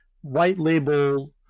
white-label